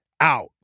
out